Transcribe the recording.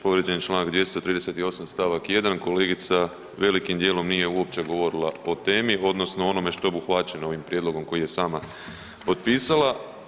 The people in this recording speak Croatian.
Povrijeđen je čl. 238. st. 1. kolegica velikim dijelom nije uopće govorila o temi odnosno onome što je obuhvaćeno ovim prijedlogom koji je sama potpisala.